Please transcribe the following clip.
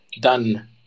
done